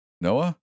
Noah